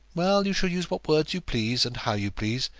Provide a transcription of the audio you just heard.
well, you shall use what words you please, and how you please,